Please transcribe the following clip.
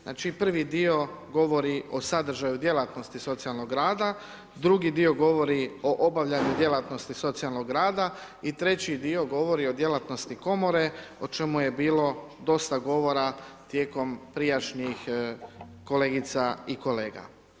Znači prvi dio govori o sadržaju djelatnosti socijalnog rada, drugi dio govori o obavljanju djelatnosti socijalnog rada i treći dio govori o djelatnosti komore o čemu je bilo dosta govora tijekom prijašnjih kolegica i kolega.